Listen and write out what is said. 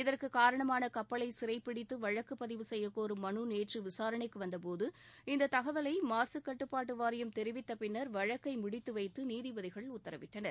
இதற்கு காரணமான கப்பலை சிறைப்பிடித்து வழக்கு பதிவு செய்ய கோரும் மனு நேற்று விசாரணைக்கு வந்தபோது இந்த தகவலை மாக கட்டுப்பாட்டு வாரியம் தெரிவித்த பின்னா் வழக்கை முடித்து வைத்து நீதிபதிகள் உத்தரவிட்டனர்